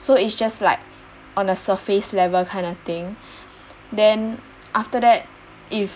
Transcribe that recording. so is just like on a surface level kind of thing then after that if